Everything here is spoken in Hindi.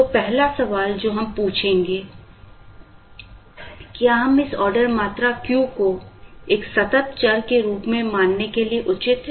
तो पहला सवाल जो हम पूछेंगे क्या हम इस ऑर्डर मात्रा Q को एक सतत चर के रूप में मानने के लिए उचित हैं